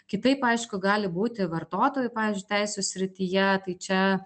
kitaip aišku gali būti vartotojų pavyzdžiui teisių srityje tai čia